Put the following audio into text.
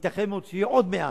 וייתכן מאוד שיהיה עוד 100,